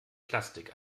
plastik